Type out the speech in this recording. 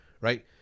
right